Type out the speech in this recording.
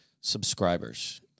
subscribers